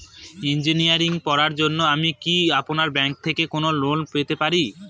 Engineering পড়ার জন্য আমি কি আপনাদের ব্যাঙ্ক থেকে কোন লোন পেতে পারি?